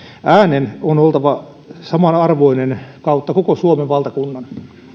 äänen on oltava samanarvoinen kautta koko suomen valtakunnan